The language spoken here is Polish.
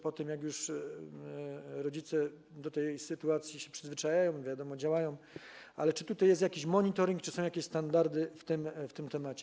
Potem, jak już rodzice do tej sytuacji się przyzwyczajają, to, wiadomo, działają, ale czy tutaj jest jakiś monitoring, czy są jakieś standardy w tym zakresie?